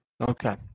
Okay